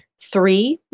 three